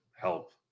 help